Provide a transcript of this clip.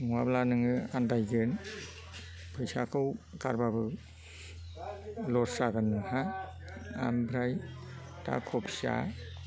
नङाब्ला नोङो आन्दायगोन फैसाखौ गारबाबो लस जागोन नोंहा ओमफ्राय दा क'फिया